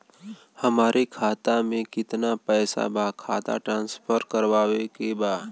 हमारे खाता में कितना पैसा बा खाता ट्रांसफर करावे के बा?